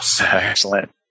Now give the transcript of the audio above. Excellent